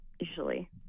usually